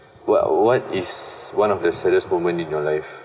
wha~ what is one of the saddest moment in your life